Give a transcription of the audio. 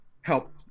help